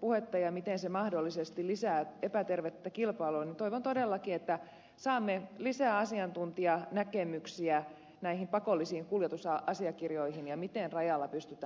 puhetta ja miten se mahdollisesti lisää epätervettä kilpailua ja toivon todellakin että saamme lisää asiantuntijanäkemyksiä näihin pakollisiin kuljetusasiakirjoihin ja miten rajalla pystytään valvontaa tehostamaan